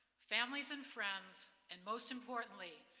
families and friends, and most importantly,